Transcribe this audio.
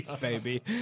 baby